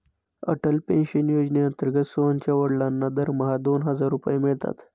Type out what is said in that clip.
Atal pension योजनेअंतर्गत सोहनच्या वडिलांना दरमहा दोन हजार रुपये मिळतात